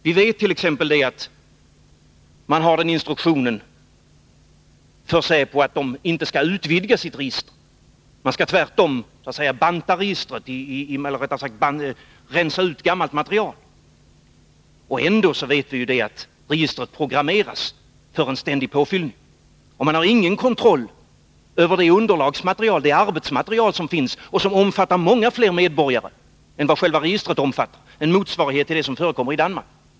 Vi vet t.ex. att säpo enligt sin instruktion inte skall utvidga sitt register. Man skall tvärtom rensa ut gammalt material. Ändå programmeras registret för ständig påfyllning. Och man har ingen kontroll över det arbetsmaterial som finns och som omfattar många fler medborgare än vad själva registret omfattar — en motsvarighet till det som förekommer i Danmark.